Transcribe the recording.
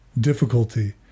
difficulty